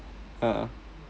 a'ah